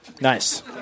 Nice